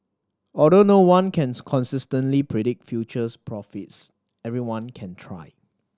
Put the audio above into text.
although no one can consistently predict futures profits everyone can try